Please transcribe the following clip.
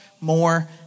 more